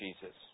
Jesus